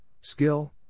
skill